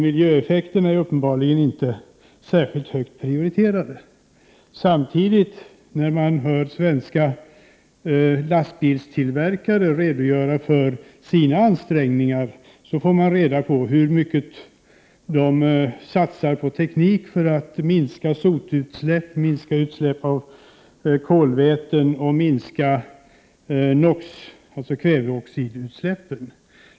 Miljöeffekterna är uppenbarligen inte särskilt högt prioriterade. När man hör svenska lastbilstillverkare redogöra för sina ansträngningar får man samtidigt reda på hur mycket de satsar på teknik i syfte att minska sotutsläppen, utsläppen av kolväten och NO,-utsläppen — alltså kväveoxidutsläppen.